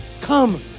Come